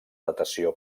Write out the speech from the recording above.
datació